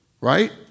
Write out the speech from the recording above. right